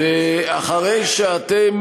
ואחרי שאתם